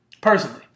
personally